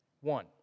One